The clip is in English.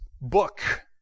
book